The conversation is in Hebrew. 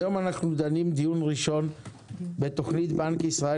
היום אנו דנים דיון ראשון בתוכנית בנק ישראל